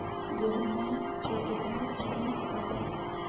गेहूमा के कितना किसम होबै है?